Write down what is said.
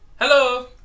Hello